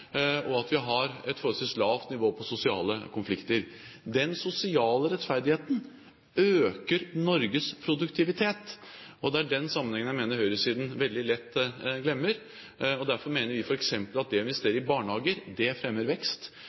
og vi har et forholdsvis lavt nivå på sosiale konflikter. Den sosiale rettferdigheten øker Norges produktivitet. Det er den sammenhengen jeg mener høyresiden veldig lett glemmer. Derfor mener vi f.eks. at det å investere i barnehager fremmer vekst.